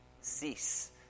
cease